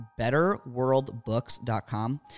betterworldbooks.com